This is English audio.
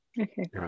Okay